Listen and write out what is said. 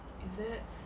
is it